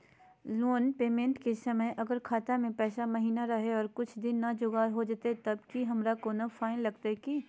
Loan payment के समय अगर खाता में पैसा महिना रहै और कुछ दिन में जुगाड़ हो जयतय तब की हमारा कोनो फाइन लगतय की?